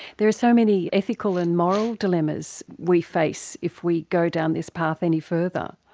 there are so many ethical and moral dilemmas we face if we go down this path any further.